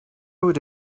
would